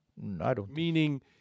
Meaning